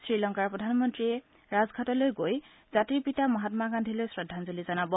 শ্ৰীলংকাৰ প্ৰধানমন্ত্ৰী ৰাজঘাটলৈ গৈ জাতিৰ পিতা মহামা গান্ধীলৈ শ্ৰদ্ধাঞ্জলি জনাব